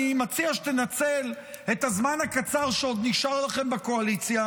אני מציע שתנצל את הזמן הקצר שעוד נשאר לכם בקואליציה